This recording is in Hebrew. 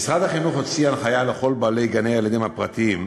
משרד החינוך הוציא הנחיה לכל בעלי גני-הילדים הפרטיים,